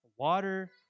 water